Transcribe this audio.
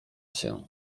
się